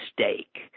mistake